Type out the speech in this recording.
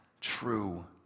true